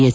S